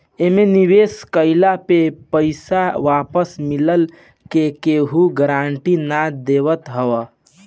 एमे निवेश कइला पे पईसा वापस मिलला के केहू गारंटी ना देवत हअ